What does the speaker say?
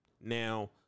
now